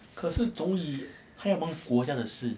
可是总理还要忙国家的事